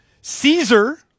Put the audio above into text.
Caesar